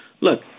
look